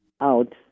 out